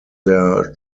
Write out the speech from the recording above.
their